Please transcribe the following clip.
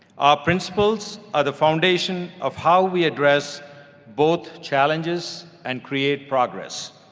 our principals are the foundation of how we address both challenges and create progress.